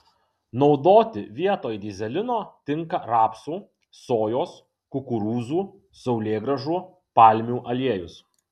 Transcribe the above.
naudoti vietoj dyzelino tinka rapsų sojos kukurūzų saulėgrąžų palmių aliejus